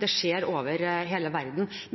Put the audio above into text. Det skjer over hele verden. Men